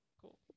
Cool